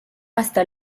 hasta